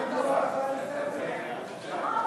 את הצעת חוק השידור הציבורי (תיקון,